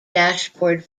dashboard